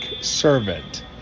servant